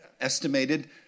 estimated